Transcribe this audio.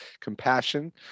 compassion